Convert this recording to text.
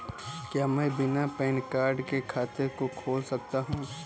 क्या मैं बिना पैन कार्ड के खाते को खोल सकता हूँ?